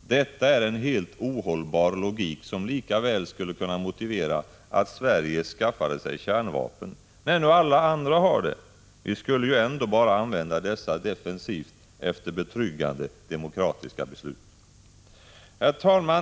Detta är en helt ohållbar logik som lika väl skulle kunna motivera att Sverige skaffade sig kärnvapen, när nu alla andra har det. Vi skulle ju ändå bara använda dessa defensivt efter betryggande demokratiska beslut! Herr talman!